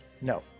no